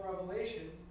revelation